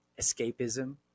escapism